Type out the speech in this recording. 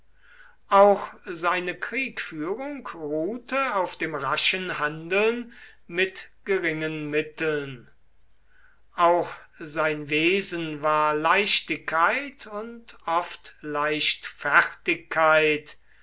auch seine kriegführung ruhte auf dem raschen handeln mit geringen mitteln auch sein wesen war leichtigkeit und oft leichtfertigkeit